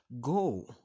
go